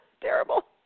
terrible